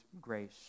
grace